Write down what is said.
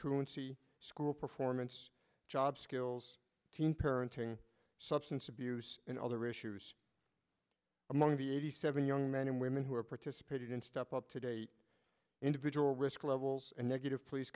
truancy school performance job skills teen parenting substance abuse and other issues among the eighty seven young men and women who have participated in step up today individual risk levels and negative p